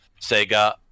Sega